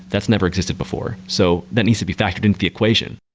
that's never existed before. so that needs to be factored into the equation.